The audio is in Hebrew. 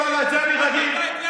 אתה לא מתבייש?